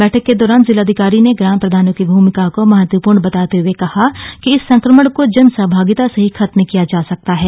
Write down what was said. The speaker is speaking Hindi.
बैठक के दौरान जिलाधिकारी ने ग्राम प्रधानों की भूमिका को महत्वपूर्ण बताते हुए कहा कि इस संक्रमण को जन सहभागिता से ही खत्म किया जा सकता है